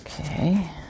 Okay